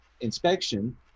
inspection